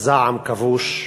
זעם כבוש,